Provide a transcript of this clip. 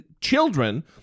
Children